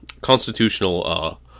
constitutional